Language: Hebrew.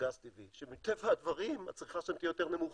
גז טבעי, שמטבע הדברים הצריכה שם יותר נמוכה.